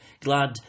Glad